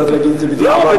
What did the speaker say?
צריך להגיד בדיעֲבַד.